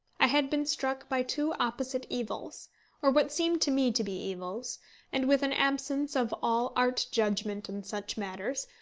i had been struck by two opposite evils or what seemed to me to be evils and with an absence of all art-judgment in such matters,